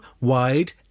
wide